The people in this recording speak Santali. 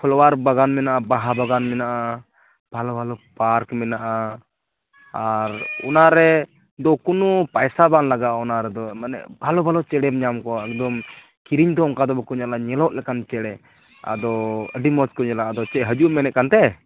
ᱯᱷᱚᱞᱟᱣᱟᱨ ᱵᱟᱜᱟᱱ ᱢᱮᱱᱟᱜᱼᱟ ᱵᱟᱦᱟ ᱵᱟᱜᱟᱱ ᱢᱮᱱᱟᱜᱼᱟ ᱵᱷᱟᱞᱳ ᱵᱷᱟᱞᱳ ᱯᱟᱨᱠ ᱢᱮᱱᱟᱜᱼᱟ ᱚᱱᱟᱨᱮ ᱠᱳᱱᱳ ᱯᱚᱭᱥᱟ ᱵᱟᱝ ᱞᱟᱜᱟᱜᱼᱟ ᱚᱱᱟ ᱨᱮᱫᱚ ᱢᱟᱱᱮ ᱵᱷᱟᱞᱳ ᱵᱷᱟᱞᱳ ᱪᱮᱬᱮᱢ ᱧᱟᱢ ᱠᱚᱣᱟ ᱮᱠᱫᱚᱢ ᱠᱤᱨᱤᱧ ᱫᱚ ᱚᱱᱠᱟ ᱫᱚ ᱧᱮᱞᱚᱜᱼᱟ ᱧᱮᱞᱚᱜ ᱞᱮᱠᱟᱱ ᱪᱮᱬᱮ ᱟᱫᱚ ᱟᱹᱰᱤ ᱢᱚᱡᱽ ᱠᱚ ᱧᱮᱞᱚᱜᱼᱟ ᱟᱫᱚ ᱪᱮᱫ ᱦᱤᱡᱩᱜ ᱮᱢ ᱢᱮᱱᱮᱫ ᱠᱟᱱᱛᱮ